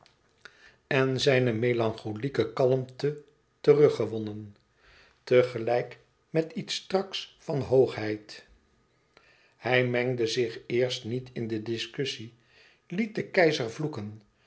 en zijne melancholieke kalmte teruggewonnen tegelijk met iets straks van hoogheid hij mengde zich eerst niet in de discussie liet den keizer vloeken